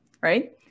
right